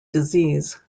disease